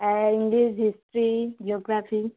হ্যাঁ English history geography